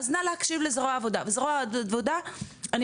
אז נא להקשיב לזרוע העבודה וזרוע עבודה אני